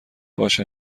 باشه